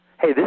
Hey